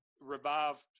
revived